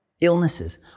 illnesses